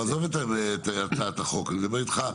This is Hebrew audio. עזוב את הצעת החוק אני מדבר איתך,